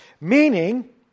meaning